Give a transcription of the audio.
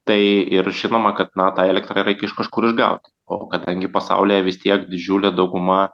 tai ir žinoma kad na tą elektrą reikia iš kažkur išgaut o kadangi pasaulyje vis tiek didžiulė dauguma